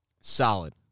Solid